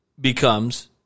becomes